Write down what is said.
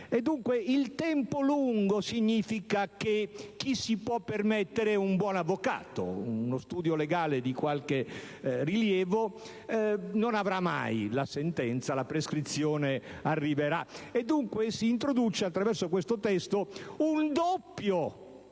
il tempo lungo significa che chi si può permettere un buon avvocato o uno studio legale di qualche rilievo non avrà mai la sentenza, e la prescrizione arriverà. Dunque, attraverso questo testo si